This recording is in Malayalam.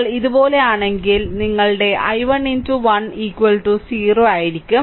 നിങ്ങൾ ഇതുപോലെയാണെങ്കിൽ നിങ്ങളുടെ i1 1 0 ആയിരിക്കും